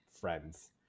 friends